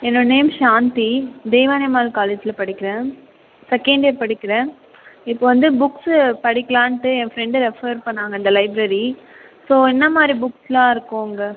என்னோடய நேம் சாந்தி தெய்வானை அம்மாள் காலேஜ்ஜில் படிக்கிறேன் செகண்ட் இயர் படிக்கிறேன் இப்போது வந்து புக்ஸு படிக்கலான்ட்டு என் ஃப்ரெண்ட் ரெஃபர் பண்ணிணாங்க இந்த லைப்ரரி ஸோ என்ன மாதிரி புக்ஸ்ஸெலாம் இருக்கும் அங்கே